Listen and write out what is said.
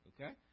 okay